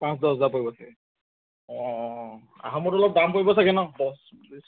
পাঁচ দহ হেজাৰ পৰিব চাগে অঁ অঁ অঁ আহোমত অলপ দাম পৰিব চাগে ন দহ